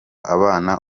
abana